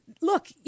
look